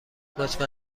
لطفا